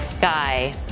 Guy